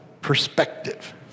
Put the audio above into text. perspective